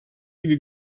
gibi